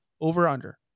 over-under